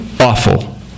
Awful